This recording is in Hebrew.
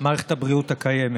מערכת הבריאות הקיימת.